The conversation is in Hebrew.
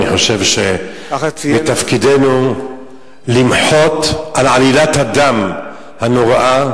אני חושב שמתפקידנו למחות על עלילת הדם הנוראה.